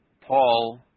Paul